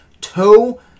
toe